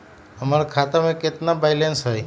हमर खाता में केतना बैलेंस हई?